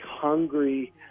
hungry